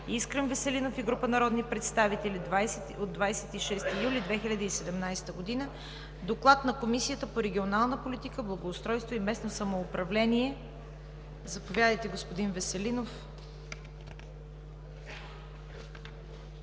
Искрен Веселинов и група народни представители от 26 юли 2017 г. Доклад на Комисията по регионална политика, благоустройство и местно самоуправление. Заповядайте, господин Веселинов.